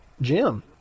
Jim